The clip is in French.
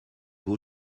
vos